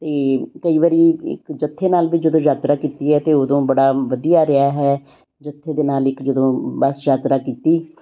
ਅਤੇ ਕਈ ਵਾਰੀ ਇੱਕ ਜੱਥੇ ਨਾਲ ਵੀ ਜਦੋਂ ਯਾਤਰਾ ਕੀਤੀ ਹੈ ਤਾਂ ਉਦੋਂ ਬੜਾ ਵਧੀਆ ਰਿਹਾ ਹੈ ਜੱਥੇ ਦੇ ਨਾਲ ਇੱਕ ਜਦੋਂ ਬਸ ਯਾਤਰਾ ਕੀਤੀ